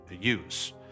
use